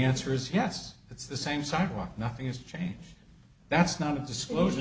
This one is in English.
answer is yes it's the same sidewalk nothing has changed that's not a disclosure